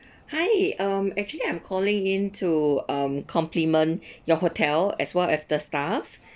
hi um actually I'm calling in to um compliment your hotel as well as the staff